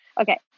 okay